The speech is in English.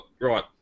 right